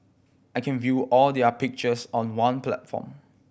I can view all their pictures on one platform